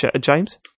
James